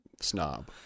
snob